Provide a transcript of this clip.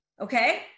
Okay